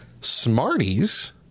Smarties